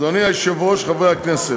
(תיקוני חקיקה),